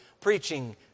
preaching